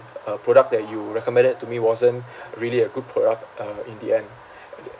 uh product that you recommended to me wasn't really a good product uh in the end